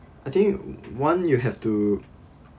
I think one you have to